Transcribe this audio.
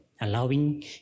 allowing